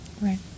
Right